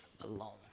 alone